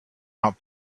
out